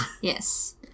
Yes